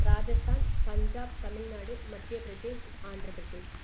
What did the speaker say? Rajasthan Punjab Tamil Nadu Madhya Pradesh Andhra Pradesh